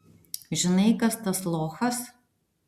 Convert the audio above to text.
žinai kas tas lochas